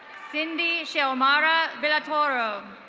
cindy shiomara villatoro.